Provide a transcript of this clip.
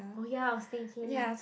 oh ya I was thinking